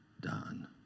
done